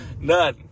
none